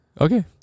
Okay